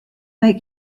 make